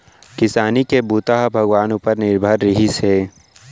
किसानी के बूता ह भगवान उपर निरभर रिहिस हे